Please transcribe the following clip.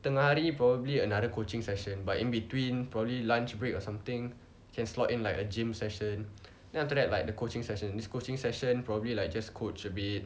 tengah hari probably another coaching session but in between probably lunch break or something can slot in like a gym session then after that like the coaching session this coaching session probably like just coach a bit